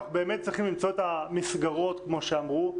אנחנו באמת צריכים למצוא את המסגרות כמו שאמרו,